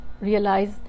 realize